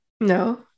No